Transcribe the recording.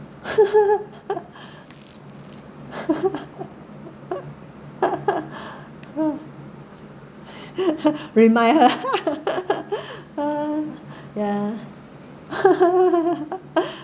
remind her ya